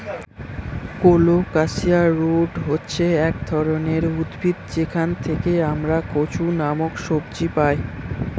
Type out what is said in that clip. colocasia root হচ্ছে এক ধরনের উদ্ভিদ যেখান থেকে আমরা কচু নামক সবজি পাই